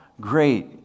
great